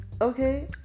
Okay